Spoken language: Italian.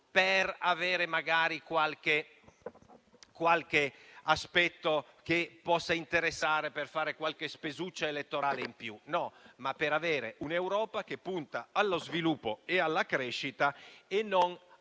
non per avere magari qualche aspetto che possa interessare per fare qualche spesuccia elettorale in più, ma per avere un'Europa che punta allo sviluppo e alla crescita e non ad una